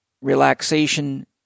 relaxation